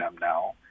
now